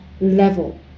level